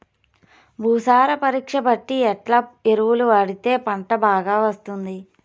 భూసార పరీక్ష బట్టి ఎట్లా ఎరువులు వాడితే పంట బాగా వస్తుంది?